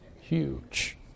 huge